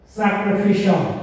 sacrificial